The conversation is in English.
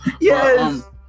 Yes